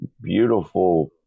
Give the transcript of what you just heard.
beautiful